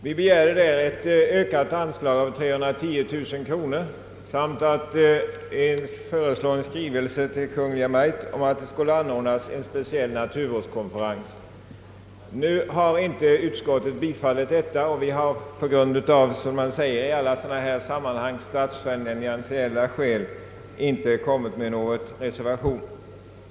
Vi begärde där en ökning av anslaget med 310 000 kronor samt föreslog en skrivelse till Kungl. Maj:t med förslag att det skulle anordnas en speciell naturvårdskonferens, Utskottet har inte tillstyrkt motionerna, och vi har, såsom man säger i dylika sammanhang, på grund av statsfinansiella skäl inte kommit med någon reservation.